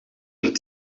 een